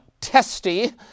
testy